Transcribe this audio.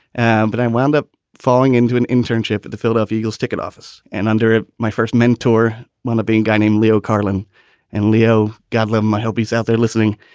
and but i wound up falling into an internship at the philadelphia eagles ticket office and under ah my first mentor, one of being guy named leo carlyn and leo gadolinium, i hope he's out there listening.